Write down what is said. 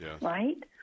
Right